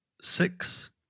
six